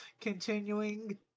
continuing